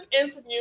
interview